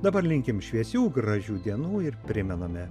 dabar linkim šviesių gražių dienų ir primename